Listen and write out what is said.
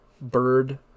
bird